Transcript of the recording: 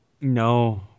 No